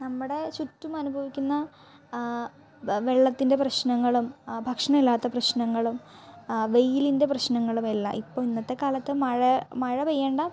നമ്മടെ ചുറ്റും അനുഭവിക്കുന്ന വെള്ളത്തിൻ്റെ പ്രശ്നങ്ങളും ഭക്ഷണം ഇല്ലാത്ത പ്രശ്നങ്ങളും വെയിലിൻ്റെ പ്രശ്നങ്ങളും എല്ലാം ഇപ്പം ഇന്നത്തെ കാലത്ത് മഴ മഴ പെയ്യേണ്ട